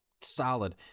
solid